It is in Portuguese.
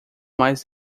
mais